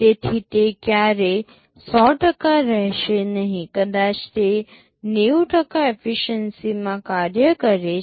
તેથી તે ક્યારેય 100 રહેશે નહીં કદાચ તે 90 એફીશ્યન્સી માં કાર્ય કરે છે